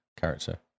character